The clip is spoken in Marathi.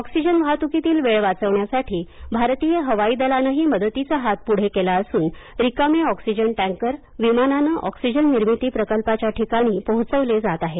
ऑक्सिजन वाहतुकीतील वेळ वाचवण्यासाठी भारतीय हवाई दलानंही मदतीचा हात पुढे केला असून रिकामे ऑक्सिजन टैंकर विमानानं ऑक्सिजन निर्मिती प्रकल्पाच्या ठिकाणी पोहोचवले जात आहेत